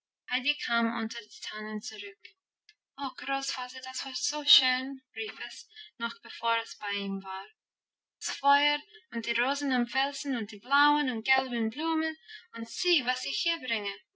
unter die tannen zurück o großvater das war so schön rief es noch bevor es bei ihm war das feuer und die rosen am felsen und die blauen und gelben blumen und sieh was ich hier bringe